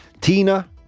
Tina